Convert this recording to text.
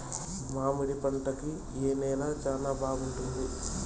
మామిడి పంట కి ఏ నేల చానా బాగుంటుంది